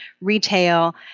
retail